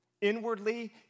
Inwardly